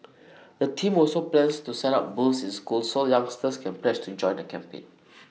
the team also plans to set up booths in schools so youngsters can pledge to join the campaign